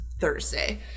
Thursday